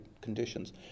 conditions